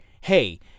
hey